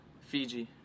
fiji